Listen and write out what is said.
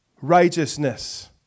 righteousness